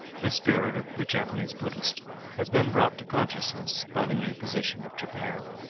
the spirit of the japanese buddhist has been brought to consciousness by the new position of japan.